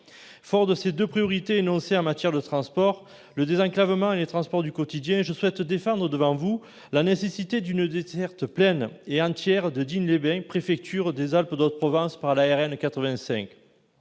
Fort de ces deux priorités énoncées en matière de transports, le désenclavement et les transports du quotidien, je souhaite défendre devant vous la nécessité d'une desserte pleine et entière de Digne-les-Bains, préfecture des Alpes-de-Haute-Provence, par la RN85.